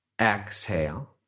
exhale